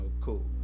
cool